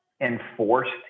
Enforced